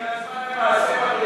הגיע הזמן למעשים,